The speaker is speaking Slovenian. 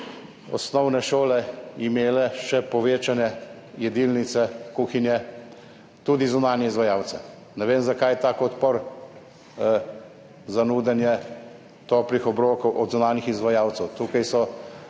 še ne bodo imele povečane jedilnice, kuhinje, tudi zunanje izvajalce. Ne vem, zakaj tak odpor za nudenje toplih obrokov s strani zunanjih izvajalcev. Tukaj so